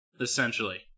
essentially